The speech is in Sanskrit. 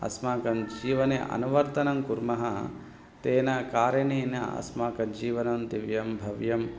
अस्माकं जीवने अनवर्तनं कुर्मः तेन कारणेन अस्माक जीवनं दिव्यं भव्यम्